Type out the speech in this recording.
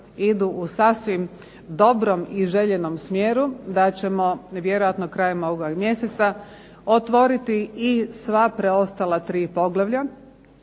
idu u sasvim dobrom i željenom smjeru, da ćemo vjerojatno krajem ovoga i mjeseca otvoriti i sva preostala tri poglavlja,